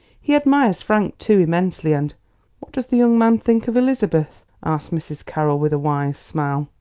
he admires frank, too, immensely, and what does the young man think of elizabeth? asked mrs. carroll with a wise smile.